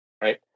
right